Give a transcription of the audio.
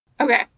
Okay